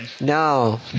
No